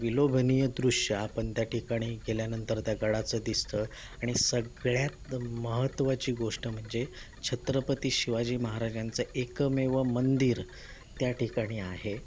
विलोभनीय दृश्य आपण त्या ठिकाणी गेल्यानंतर त्या गडाचं दिसतं आणि सगळ्यात महत्वाची गोष्ट म्हणजे छत्रपती शिवाजी महाराजांचं एकमेव मंदिर त्या ठिकाणी आहे